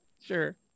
Sure